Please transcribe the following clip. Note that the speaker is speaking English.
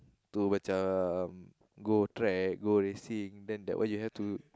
to macam go track go racing then that one you have to